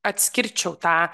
atskirčiau tą